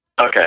Okay